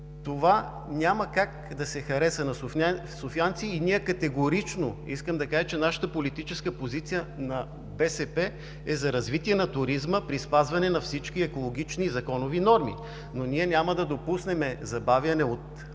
това няма как да се хареса на софиянци и сме категорични – искам да кажа, че нашата политическа позиция, на БСП, е за развитие на туризма при спазване на всички екологични законови норми. Но ние няма да допуснем забавяне от